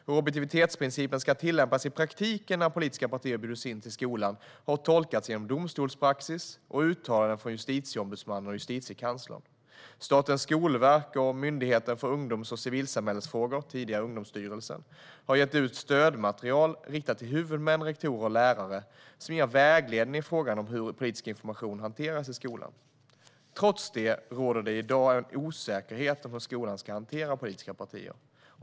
Hur objektivitetsprincipen ska tillämpas i praktiken när politiska partier bjuds in till skolan har tolkats genom domstolspraxis och uttalanden från Justitieombudsmannen och Justitiekanslern. Statens skolverk och Myndigheten för ungdoms och civilsamhällesfrågor, tidigare Ungdomsstyrelsen, har gett ut stödmaterial riktat till huvudmän, rektorer och lärare som ger vägledning om hur politisk information ska hanteras i skolan. Trots det råder det i dag osäkerhet om hur skolan ska hantera politiska partier.